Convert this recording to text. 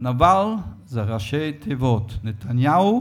נבל זה ראשי תיבות: נתניהו,